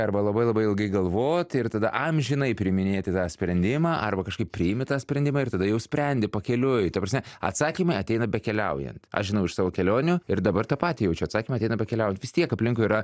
arba labai labai ilgai galvot ir tada amžinai priiminėti tą sprendimą arba kažkaip priimi tą sprendimą ir tada jau sprendi pakeliui ta prasme atsakymai ateina bekeliaujant aš žinau iš savo kelionių ir dabar tą patį jaučiu atsakymai ateina bekeliaujant vis tiek aplinkui yra